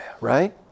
Right